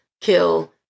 kill